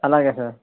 అలాగే సార్